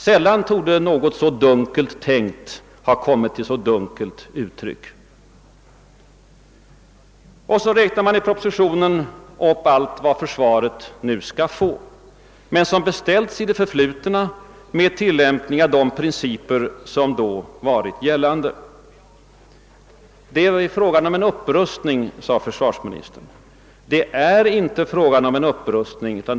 Sällan torde något så dunkelt tänkt, ha kommit till så dunkelt uttryck. Och så räknar man i propositionen upp allt vad försvaret nu skall få men som beställts i det förflutna med tilllämpning av de principer som då varit bärande. Det är fråga om en »upprustning», sade försvarsministern. Det är inte fråga om en upprustning, säger jag.